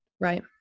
Right